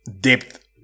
depth